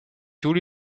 juli